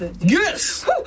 Yes